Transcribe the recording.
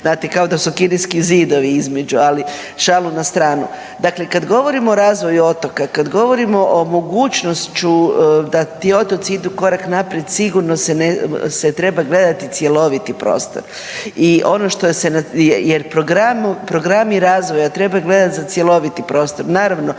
znate kao da su kineski zidovi između. Ali šalu na stranu. Dakle, kad govorimo o razvoju otoka, kad govorimo o mogučnošću da ti otoci idu korak naprijed sigurno se treba gledati cjeloviti prostor. I ono što se, jer programi razvoja treba gledati za cjeloviti prostor.